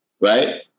Right